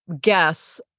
guess